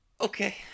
Okay